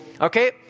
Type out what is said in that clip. Okay